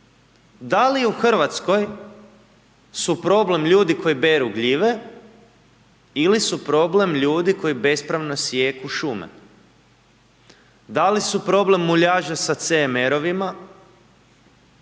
Da li u Hrvatskoj su problem ljudi koji beru gljive ili su problem ljudi koji bespravno sijeku šume? Da li su problem muljaže sa CMR-ovima?